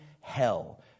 Hell